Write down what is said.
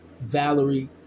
Valerie